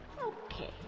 Okay